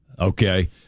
Okay